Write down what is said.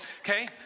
okay